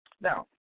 Now